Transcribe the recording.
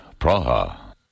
Praha